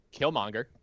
Killmonger